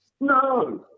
No